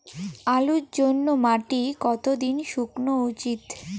আলুর জন্যে মাটি কতো দিন শুকনো উচিৎ?